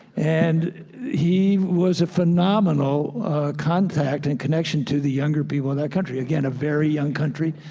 and he was a phenomenal contact and connection to the younger people of that country. again, a very young country,